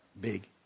big